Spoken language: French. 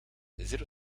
zéro